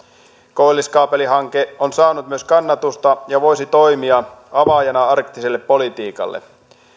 koilliskaapelihanke on saanut myös kannatusta ja voisi toimia avaajana arktiselle politiikalle